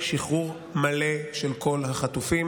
שחרור מלא של כל החטופים